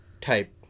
type